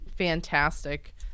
fantastic